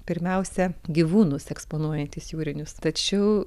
pirmiausia gyvūnus eksponuojantis jūrinius tačiau